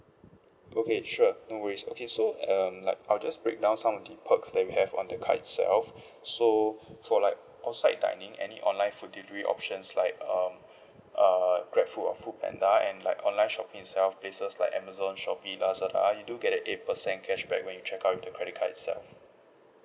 okay sure no worries okay so um like I'll just breakdown some of the perks that we have on the card itself so for like outside dining any online food delivery options like um uh grab food or food panda and like online shopping itself places like amazon shopee lazada you do get a eight percent cashback when you check out with the credit card itself